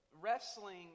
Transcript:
Wrestling